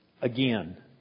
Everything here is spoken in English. again